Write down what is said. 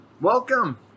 welcome